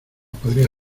podría